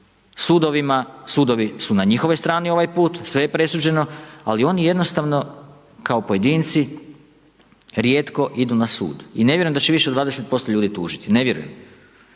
sudovi su na njihovoj strani ovaj put, sve je presuđeno, mi jednostavno kao pojedinci rijetko idu na sud i ne vjerujem da će više od 20% ljudi tužiti, ne vjerujem.